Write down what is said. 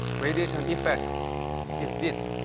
radiation effects is this.